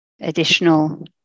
additional